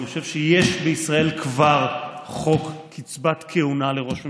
אני חושב שכבר יש בישראל חוק קציבת כהונה לראש ממשלה.